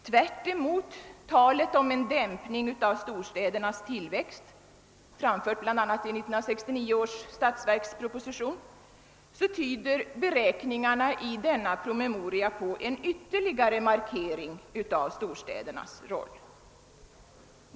Tvärtemot talet om en dämpning av storstädernas tillväxt, framfört bl.a. i 1969 års statsverksproposition, tyder beräkningarna i denna promemoria på en ytterligare markering av storstädernas roll.